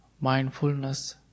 mindfulness